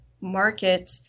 market